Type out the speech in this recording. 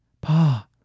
Pa